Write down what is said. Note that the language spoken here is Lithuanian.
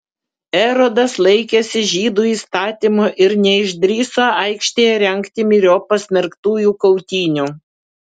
erodas laikėsi žydų įstatymo ir neišdrįso aikštėje rengti myriop pasmerktųjų kautynių